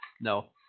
No